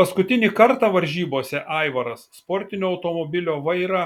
paskutinį kartą varžybose aivaras sportinio automobilio vairą